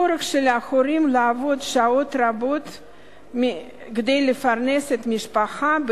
בצורך של ההורים לעבוד שעות רבות כדי לפרנס את המשפחה,